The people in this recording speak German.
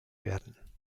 werden